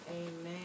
Amen